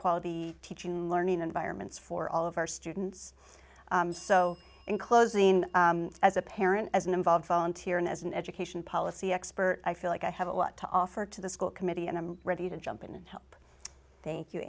quality teaching and learning environments for all of our students so in closing as a parent as an involved phone tearin as an education policy expert i feel like i have a lot to offer to the school committee and i'm ready to jump in and help thank you